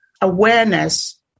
awareness